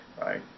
right